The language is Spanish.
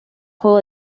juego